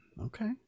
Okay